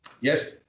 Yes